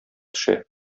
төшә